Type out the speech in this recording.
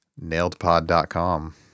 nailedpod.com